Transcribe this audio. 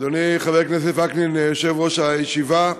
אדוני חבר הכנסת וקנין, יושב-ראש הישיבה,